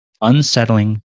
unsettling